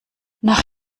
nach